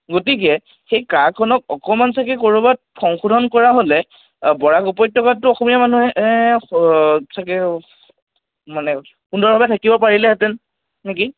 গতিকে সেই কা খনক অকণমান চাগে ক'ৰবাত সংশোধন কৰা হ'লে বৰাক উপত্যকাতো অসমীয়া মানুহে চাগে মানে সুন্দৰভাৱে থাকিব পাৰিলেহেঁতেন নেকি